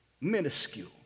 Minuscule